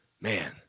Man